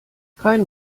kein